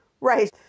Right